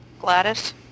Gladys